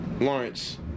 Lawrence